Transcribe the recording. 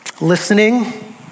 Listening